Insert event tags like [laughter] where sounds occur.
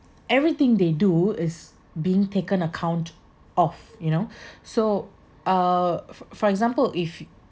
everything they do is being taken account of you know [breath] so uh for for example if